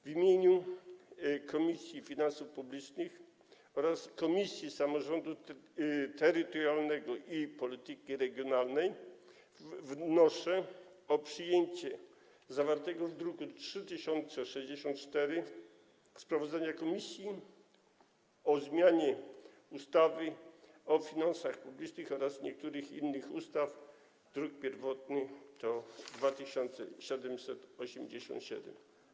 W imieniu Komisji Finansów Publicznych oraz Komisji Samorządu Terytorialnego i Polityki Regionalnej wnoszę o przyjęcie zawartego w druku nr 3064 sprawozdania komisji o projekcie ustawy o zmianie ustawy o finansach publicznych oraz niektórych innych ustaw, druk pierwotny nr 2787.